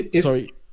Sorry